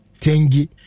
Tengi